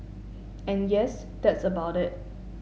and yes that's about it